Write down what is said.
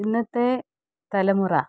ഇന്നത്തെ തലമുറ